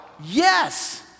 yes